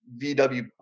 VW